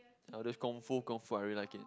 now there's Kung-Fu Kung-Fu I really like it